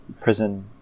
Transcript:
prison